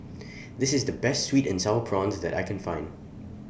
This IS The Best Sweet and Sour Prawns that I Can Find